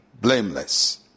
blameless